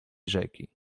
rzeki